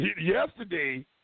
yesterday